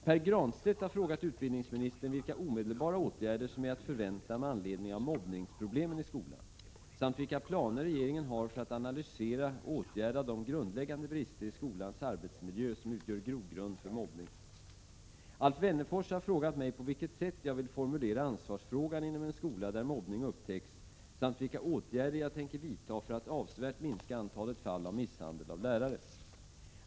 Pär Granstedt har frågat utbildningsministern vilka omedelbara åtgärder som är att förvänta med anledning av mobbningsproblemen i skolan samt vilka planer regeringen har för att analysera och åtgärda de grundläggande brister i skolans arbetsmiljö som utgör grogrund för mobbning. Alf Wennerfors har frågat mig på vilket sätt jag vill formulera ansvarsfrågan inom en skola där mobbning upptäcks samt vilka åtgärder jag tänker vidta för att avsevärt minska antalet fall av misshandel av lärare.